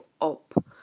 up